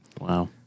Wow